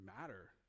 matter